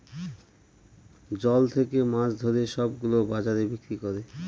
জল থাকে মাছ ধরে সব গুলো বাজারে বিক্রি করে